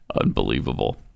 Unbelievable